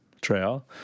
trail